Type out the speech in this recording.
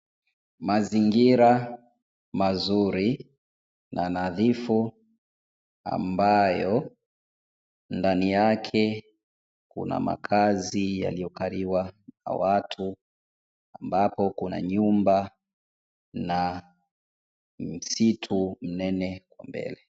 Mazingira mazuri na nadhifu ambayo ndani yake kuna makazi yaliyokaliwa na watu, ambapo kuna nyumba na msitu mnene kwa mbele.